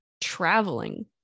traveling